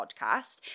podcast